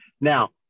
Now